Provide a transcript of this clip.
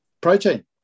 protein